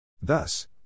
Thus